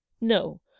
No